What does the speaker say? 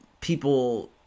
people